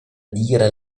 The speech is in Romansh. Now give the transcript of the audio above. dira